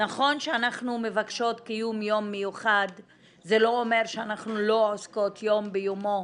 נכון שאנחנו מבקשות קיום מיוחד זה לא אומר שאנחנו לא עוסקות יום ביומו,